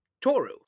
Toru